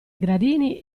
gradini